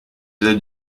c’est